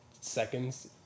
seconds